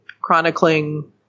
chronicling